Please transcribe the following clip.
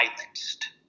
silenced